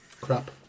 Crap